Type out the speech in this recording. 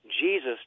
Jesus